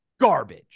garbage